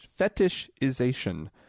fetishization